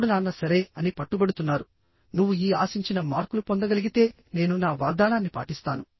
ఇప్పుడు నాన్న సరే అని పట్టుబడుతున్నారు నువ్వు ఈ ఆశించిన మార్కులు పొందగలిగితే నేను నా వాగ్దానాన్ని పాటిస్తాను